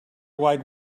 wide